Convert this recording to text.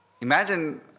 Imagine